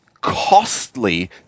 costly